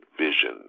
vision